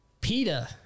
PETA